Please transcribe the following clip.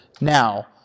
now